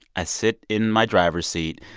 i sit in my driver's seat,